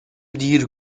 دیر